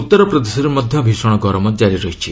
ଉତ୍ତର ପ୍ରଦେଶରେ ମଧ୍ୟ ଭୀଷଣ ଗରମ ଜାରି ରହିଛି